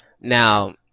Now